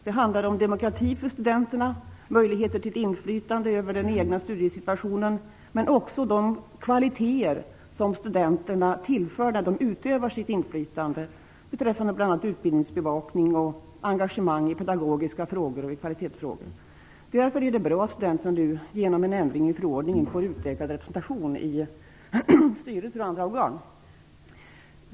Det handlar om demokrati för studenterna, möjligheter till inflytande över den egna studiesituationen. Men det handlar också om de kvaliteter som studenterna tillför när de utövar sitt inflytande beträffande bl.a. utbildningsfrågor, pedagogiska frågor och kvalitetsfrågor. Därför är det bra att studenterna nu genom en ändring i förordningen får utökad representation i styrelser och andra organ.